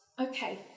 okay